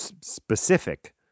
specific